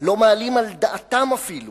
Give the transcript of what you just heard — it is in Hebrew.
לא מעלים על דעתם אפילו